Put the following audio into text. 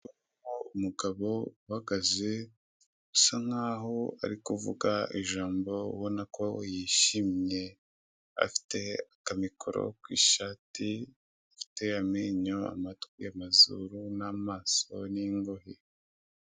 Umugabo uhagaze usa nk'aho ari kuvuga ijambo ubona ko yishimye, afite akamikoro ku ishati afite amenyo, amatwi, amazuru, n'amaso n'ingohe.